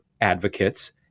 advocates